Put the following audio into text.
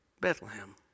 Bethlehem